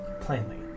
plainly